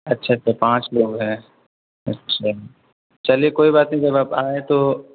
اچھا اچھا پانچ لوگ ہیں اچھا چلیے کوئی بات نہیں جب آپ آئیں تو